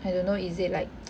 I don't know is it like